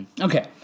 Okay